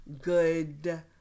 good